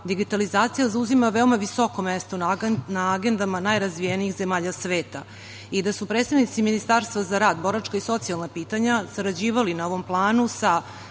digitalizacija zauzima veoma visoko mesto na agendama najrazvijenijih zemalja sveta i da su predstavnici Ministarstva za rad, boračka i socijalna pitanja sarađivali na ovom planu sa